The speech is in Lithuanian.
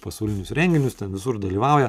pasaulinius renginius ten visur dalyvauja